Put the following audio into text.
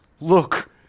look